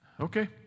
Okay